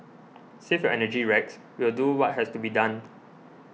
save your energy Rex we'll do what has to be done